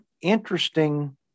interesting